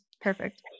perfect